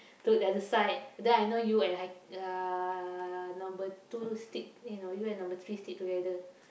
to the other side then I know you and Hai~ uh number two stick eh no you and number three stick together